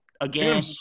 again